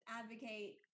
advocate